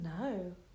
no